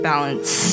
balance